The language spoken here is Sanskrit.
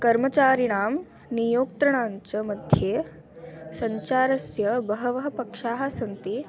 कर्मचारिणां नियोक्तृणाञ्च मध्ये सञ्चारस्य बहवः पक्षाः सन्ति